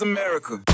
America